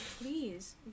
Please